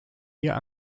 ihr